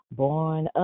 born